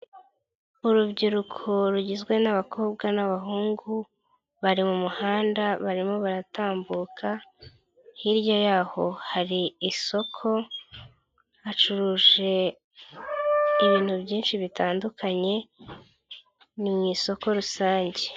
Urubyiruko rugizwe n'abakobwa n'abahungu, bari mu muhanda barimo baratambuka, hirya y'ho hari isoko hacuruje ibintu byinshi bitandukanye. Ni mu isoko rusange.